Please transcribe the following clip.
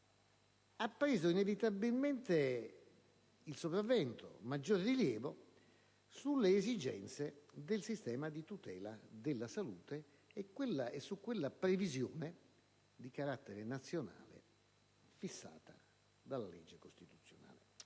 ha preso inevitabilmente il sopravvento, e un maggior rilievo sulle esigenze del sistema di tutela della salute e su quella previsione di carattere nazionale fissata dalla legge. Così si